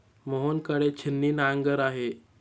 मोहन कडे छिन्नी नांगर आहे